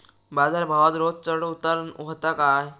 बाजार भावात रोज चढउतार व्हता काय?